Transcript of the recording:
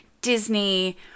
Disney